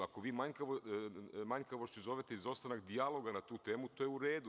Ako manjkavošću zovete izostanak dijaloga na tu temu, to je u redu.